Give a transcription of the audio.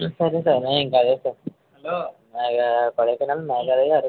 సరే సార్ ఇంక అదే సార్ మేఘాలయా కొడైకెనాల్ మేఘాలయా అరకు అంతే సార్